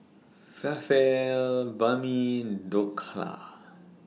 Falafel Banh MI Dhokla